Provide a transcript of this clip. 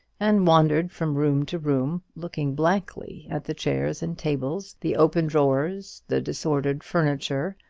and wandered from room to room, looking blankly at the chairs and tables, the open drawers, the disordered furniture,